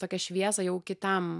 tokią šviesą jau kitam